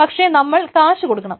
പക്ഷേ നമ്മൾ കാശ് കൊടുക്കണം